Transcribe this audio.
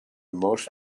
most